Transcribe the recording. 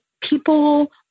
people